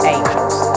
Angels